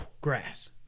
grass